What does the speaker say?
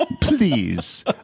Please